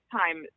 time